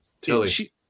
Tilly